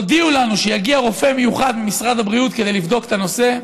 הודיעו לנו שיגיע רופא מיוחד ממשרד הבריאות כדי לבדוק את הנושא.